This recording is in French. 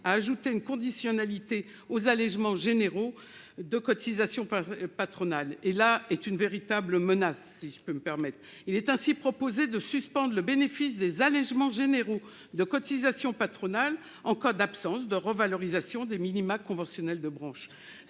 à ajouter une conditionnalité aux allègements généraux de cotisations patronales. Il s'agirait, si je puis dire, d'une véritable menace. Il est ainsi proposé de suspendre le bénéfice des allègements généraux de cotisations patronales en cas d'absence de revalorisation des minima conventionnels de branche.